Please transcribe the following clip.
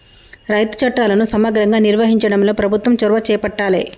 రైతు చట్టాలను సమగ్రంగా నిర్వహించడంలో ప్రభుత్వం చొరవ చేపట్టాలె